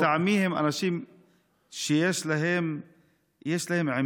לטעמי הם אנשים שיש להם עמדה